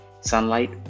sunlight